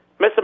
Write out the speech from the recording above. Mr